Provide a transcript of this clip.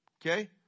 okay